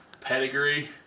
pedigree